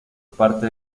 parte